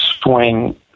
swing